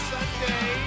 Sunday